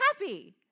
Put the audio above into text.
happy